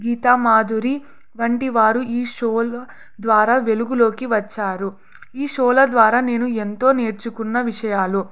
గీతా మాధురి వంటి వారు ఈ షోల ద్వారా వెలుగులోకి వచ్చారు ఈ షోల ద్వారా నేను ఎంతో నేర్చుకున్న విషయాలు